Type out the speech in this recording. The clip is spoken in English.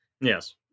Yes